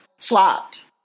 flopped